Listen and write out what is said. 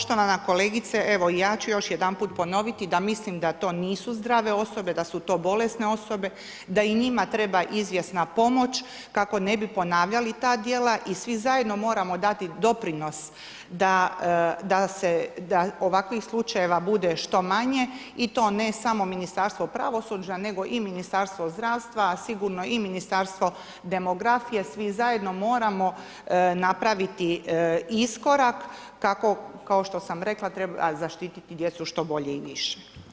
Pa poštovana kolegice, evo ja ću još jedanput ponoviti da mislim da to nisu zdrave osobe, da su to bolesne osobe, da i njima treba izvjesna pomoć kako ne bi ponavljali ta djela i svi zajedno moramo dati doprinos da ovakvih slučajeva bude što manje i to ne samo Ministarstvo pravosuđa, nego i Ministarstvo zdravstva, a sigurno i Ministarstvo demografije, svi zajedno moramo napraviti iskorak kako, kao što sam rekla, zaštiti djecu što bolje i više.